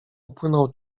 upłynął